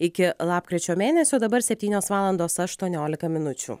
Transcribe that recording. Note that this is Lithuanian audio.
iki lapkričio mėnesio dabar septynios valandos aštuoniolika minučių